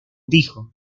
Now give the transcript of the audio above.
dijo